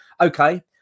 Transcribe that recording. okay